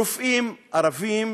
רופאים ערבים